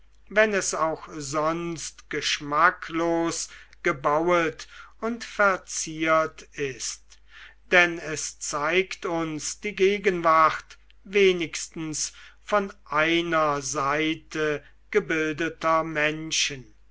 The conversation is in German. wenn es auch sonst geschmacklos gebauet und verziert ist denn es zeigt uns die gegenwart wenigstens von einer seite gebildeter menschen